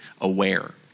aware